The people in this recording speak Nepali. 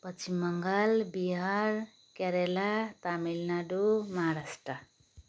पश्चिम बङ्गाल बिहार केरेला तामिलनाडू महाराष्ट्र